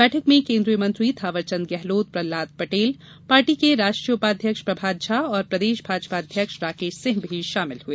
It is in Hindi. बैठक मे केंद्रीय मंत्री थावरचंद गहलोत प्रहलाद पटेल पार्टी के राष्ट्रीय उपाध्यक्ष प्रभात झा और प्रदेश भाजपा अध्यक्ष राकेश सिंह भी शामिल हुए